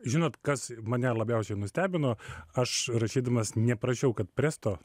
žinot kas mane labiausiai nustebino aš rašydamas neprašiau kad presto